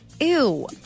Ew